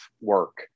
work